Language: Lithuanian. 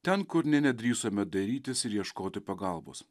ten kur nė nedrįsome dairytis ir ieškoti pagalbos